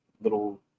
little